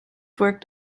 worked